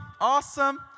awesome